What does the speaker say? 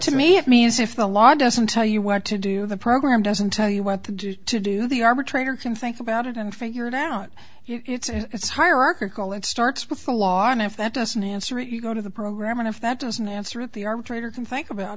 to me it means if the law doesn't tell you what to do the program doesn't tell you what to do to do the arbitrator can think about it and figure it out it's in its hierarchical it starts with the law and if that doesn't answer it you go to the program and if that doesn't answer the arbitrator can think about